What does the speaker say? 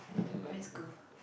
primary school